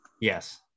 Yes